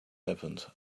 happened